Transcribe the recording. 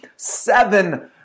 Seven